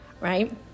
right